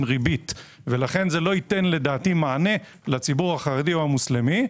ריבית ולכן זה לא ייתן לדעתי מענה לציבור החרדי או המוסלמי.